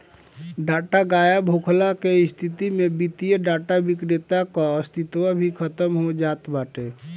data गायब होखला के स्थिति में वित्तीय डाटा विक्रेता कअ अस्तित्व भी खतम हो जात बाटे